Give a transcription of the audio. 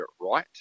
right